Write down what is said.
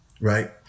right